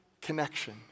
connection